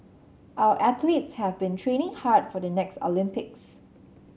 our athletes have been training hard for the next Olympics